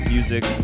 Music